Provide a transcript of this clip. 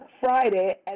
Friday